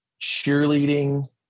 cheerleading